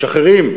יש אחרים,